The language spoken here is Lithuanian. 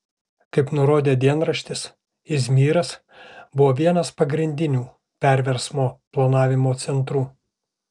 kaip nurodė dienraštis izmyras buvo vienas pagrindinių perversmo planavimo centrų